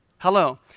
Hello